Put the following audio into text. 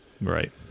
Right